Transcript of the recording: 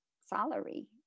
salary